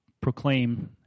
proclaim